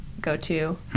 go-to